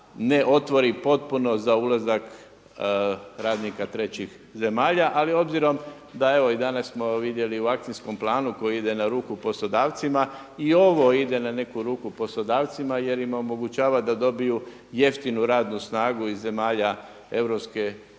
ne otvori potpuno za ulazak radnika trećih zemalja. Ali obzirom da evo i danas smo vidjeli u akcijskom planu koji ide na ruku poslodavcima i ovo ide na neku ruku poslodavcima jer im omogućava da dobiju jeftinu radnu snagu iz zemalja